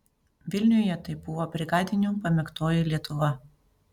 vilniuje tai buvo brigadinių pamėgtoji lietuva